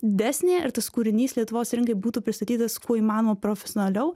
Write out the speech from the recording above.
didesnė ir tas kūrinys lietuvos rinkai būtų pristatytas kuo įmanoma profesionaliau